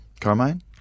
Carmine